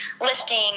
lifting